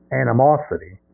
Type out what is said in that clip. animosity